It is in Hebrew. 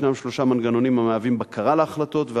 יש שלושה מנגנונים המהווים בקרה להחלטות,